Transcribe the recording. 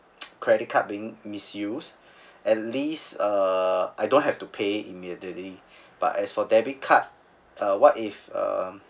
credit card being misused at least uh I don't have to pay immediately but as for debit card uh what if uh